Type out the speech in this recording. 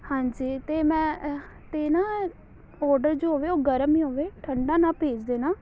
ਹਾਂਜੀ ਅਤੇ ਮੈਂ ਤੇ ਨਾ ਔਡਰ ਜੋ ਹੋਵੇ ਉਹ ਗਰਮ ਹੀ ਹੋਵੇ ਠੰਡਾ ਨਾ ਭੇਜ ਦੇਣਾ